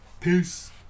Peace